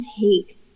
take